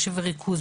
ריכוז,